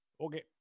Okay